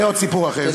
זה עוד סיפור אחר.